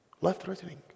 Life-threatening